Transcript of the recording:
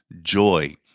joy